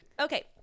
Okay